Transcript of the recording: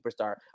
superstar